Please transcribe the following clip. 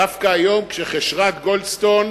דווקא היום, כשחשרת גולדסטון,